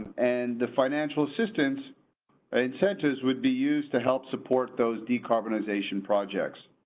and the financial assistance incentives would be used to help support those decarbonization projects.